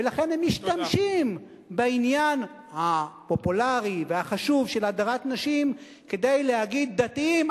ולכן הם משתמשים בעניין הפופולרי והחשוב של הדרת נשים כדי להגיד: דתיים,